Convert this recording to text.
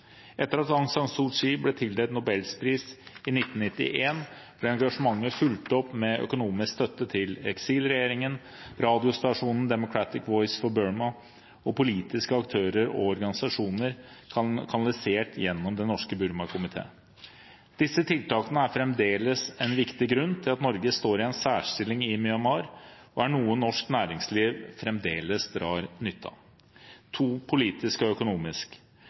Etter at Aung San Suu Kyi ble tildelt Nobels fredspris i 1991, ble engasjementet fulgt opp med økonomisk støtte til eksilregjeringen, radiostasjonen Democratic Voice of Burma og politiske aktører og organisasjoner, kanalisert gjennom Den norske Burma-komité. Disse tiltakene er fremdeles en viktig grunn til at Norge står i en særstilling i Myanmar, og er noe norsk næringsliv fremdeles drar nytte av. Det andre er politisk og økonomisk.